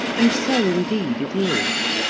and so indeed it is.